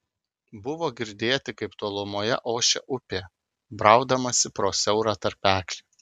buvo girdėti kaip tolumoje ošia upė braudamasi pro siaurą tarpeklį